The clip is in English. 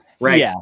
Right